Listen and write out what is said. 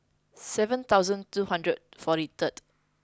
seven thousand two hundred forty third